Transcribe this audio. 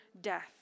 death